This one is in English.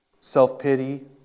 self-pity